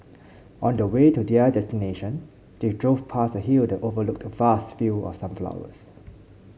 on the way to their destination they drove past a hill that overlooked vast fields of sunflowers